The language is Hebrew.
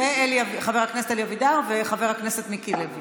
חבר הכנסת אלי אבידר וחבר הכנסת מיקי לוי.